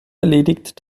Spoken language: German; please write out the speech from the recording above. erledigt